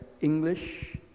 English